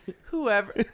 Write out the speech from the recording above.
whoever